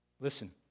listen